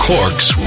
Cork's